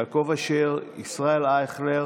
יעקב אשר, ישראל אייכלר